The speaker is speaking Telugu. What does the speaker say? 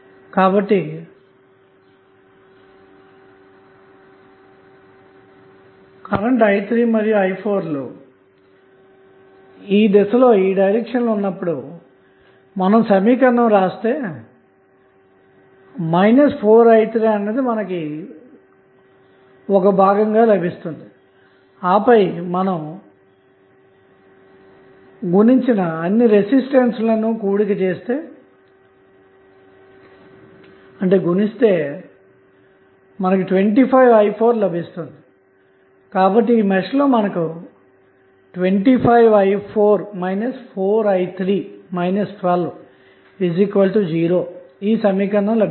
కాబట్టి కరెంటు i3 మరియు i4లు ఈ దిశలోఉన్నప్పుడు మనం సమీకరణం వ్రాస్తే 4i3అన్నది ఒక భాగంగా పొందుతాము ఆపై మనం గుణించిన అన్ని రెసిస్టన్స్ లను కూడిక చేసి గుణిస్తే 25i4 లభిస్తుంది కాబట్టి ఈ మెష్ లో మనకు 25i4 4i3 120 సమీకరణ లభిస్తుందన్నమాట